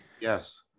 Yes